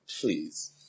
Please